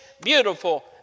beautiful